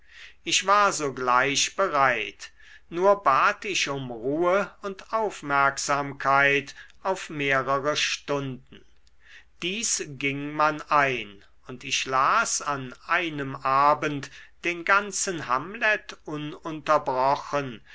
ich war sogleich bereit nur bat ich um ruhe und aufmerksamkeit auf mehrere stunden dies ging man ein und ich las an einem abend den ganzen hamlet ununterbrochen